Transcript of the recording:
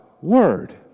Word